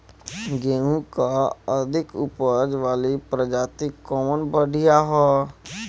गेहूँ क अधिक ऊपज वाली प्रजाति कवन बढ़ियां ह?